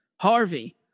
Harvey